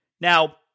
Now